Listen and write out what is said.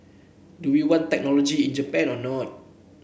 do we want technology in Japan or not